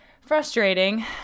frustrating